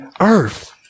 earth